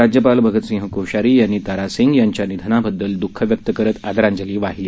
राज्यपाल भगतसिंग कोश्यारी यांनी तारासिंग यांच्या निधनाबद्दल दुःख व्यक्त करत आदरांजली वाहिली